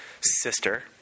sister